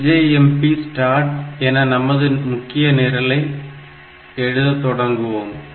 LJMP start என நமது முக்கிய நிரலை எழுத தொடங்குவோம்